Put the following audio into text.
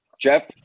Jeff